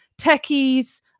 techies